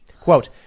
Quote